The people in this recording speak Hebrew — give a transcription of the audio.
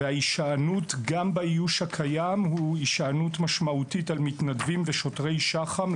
וגם באיוש הקיים ההישענות על מתנדבים ושוטרי שח"ם היא משמעותית,